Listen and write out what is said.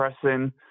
pressing